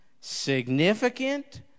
significant